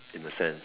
in the sense